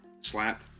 slap